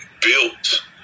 built